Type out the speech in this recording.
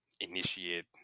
initiate